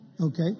Okay